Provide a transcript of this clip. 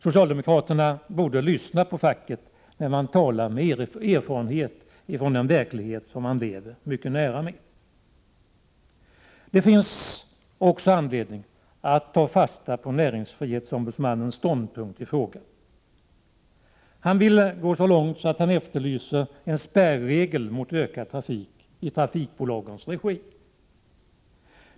Socialdemokraterna borde lyssna på vad man säger inom facket. Där har man ju erfarenhet av den verklighet som man lever mycket nära. Det finns också anledning att ta fasta på näringsfrihetsombudsmannens ;ståndpunkt i frågan. Han går så långt att han efterlyser en spärregel mot ökad trafik i trafikbolagens regi.